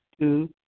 Two